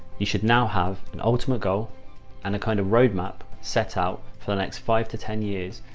you should now have an ultimate goal and a kind of roadmap set out for the next five to ten years.